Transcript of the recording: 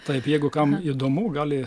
taip jeigu kam įdomu gali